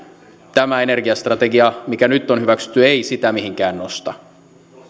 tämä energiastrategia mikä nyt on hyväksytty ei sitä mihinkään nosta